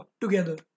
together